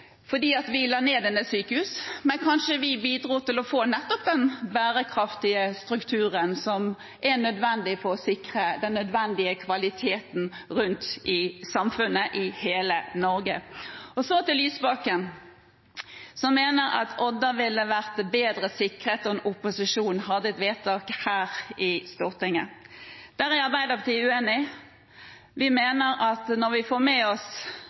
fordi vi la ned en del sykehus. Men kanskje vi bidro til å få nettopp den bærekraftige strukturen som er nødvendig for å sikre den nødvendige kvaliteten rundt i samfunnet i hele Norge. Og så til Lysbakken, som mener at Odda ville vært bedre sikret om opposisjonen fattet et vedtak i Stortinget: Der er Arbeiderpartiet uenig. Vi mener at når vi får med oss